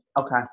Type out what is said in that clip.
Okay